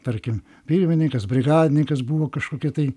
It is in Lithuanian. tarkim pirmininkas brigadininkas buvo kažkokie tai